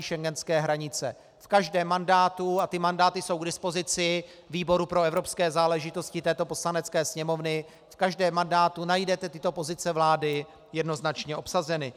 V každém mandátu, a ty mandáty jsou k dispozici výboru pro evropské záležitosti této Poslanecké sněmovny, v každém mandátu najdete tyto pozice vlády jednoznačně obsaženy.